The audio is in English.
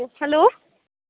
hello